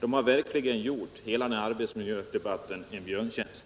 de har verkligen gjort hela arbetsmiljödebatten en björntjänst.